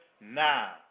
now